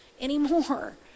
anymore